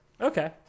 Okay